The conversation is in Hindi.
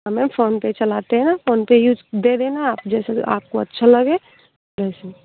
हाँ मैम फोन पे चलाते हैं फोन पे यूज़ दे देना आप जैसे आपको अच्छा लगे वैसे